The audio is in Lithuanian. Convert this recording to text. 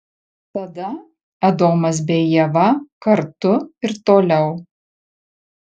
tada adomas bei ieva kartu ir toliau